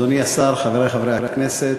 אדוני השר, חברי חברי הכנסת,